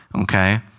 okay